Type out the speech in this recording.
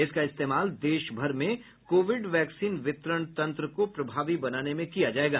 इसका इस्तेमाल देश भर में कोविड वैक्सीन वितरण तंत्र को प्रभावी बनाने में किया जाएगा